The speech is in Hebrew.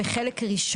(1) בחלק ראשון,